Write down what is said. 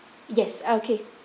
yes okay